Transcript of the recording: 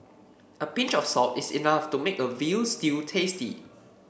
a pinch of salt is enough to make a veal stew tasty